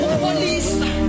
police